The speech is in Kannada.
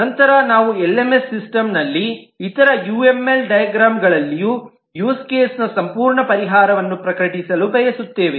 ನಂತರ ನಾವು ಎಲ್ಎಂಎಸ್ ಸಿಸ್ಟಮ್ನಲ್ಲಿ ಇತರ ಯುಎಂಎಲ್ ಡೈಗ್ರಾಮ್ ಗಳಲ್ಲಿ ಯೂಸ್ ಕೇಸ್ನ ಸಂಪೂರ್ಣ ಪರಿಹಾರವನ್ನು ಪ್ರಕಟಿಸಲು ಬಯಸುತ್ತೇವೆ